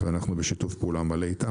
ואנחנו בשיתוף פעולה איתם,